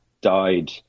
died